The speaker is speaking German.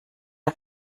der